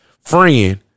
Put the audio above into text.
Friend